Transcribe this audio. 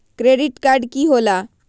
Credit card की होला?